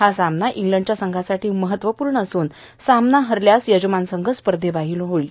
हा सामना इंग्लंडच्या संघासाठी महत्वपूर्ण असून सामना हरल्यास यजमान संघ स्पर्धबाहेर होणार आहे